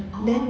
!ow!